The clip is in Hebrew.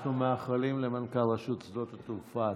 אנחנו מאחלים למנכ"ל רשות שדות התעופה הצלחה.